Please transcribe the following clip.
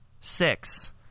six